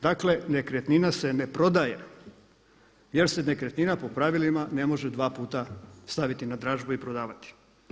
Dakle, nekretnina se ne prodaje, jer se nekretnina po pravilima ne može dva puta staviti na dražbu i prodavati.